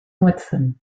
watson